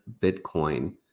Bitcoin